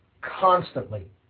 constantly